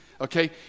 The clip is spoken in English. Okay